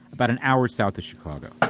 about an hour south of chicago.